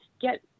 get